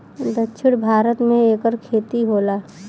दक्षिण भारत मे एकर खेती होला